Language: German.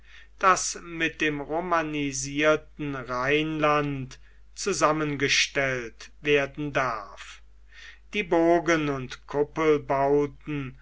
das mit dem romanisierten rheinland zusammengestellt werden darf die bogen und